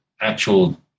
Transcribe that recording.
actual